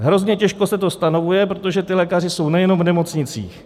Hrozně těžko se to stanovuje, protože ti lékaři jsou nejenom v nemocnicích.